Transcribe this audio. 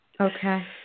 Okay